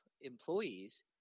employees